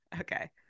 okay